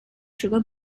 sugar